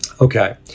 Okay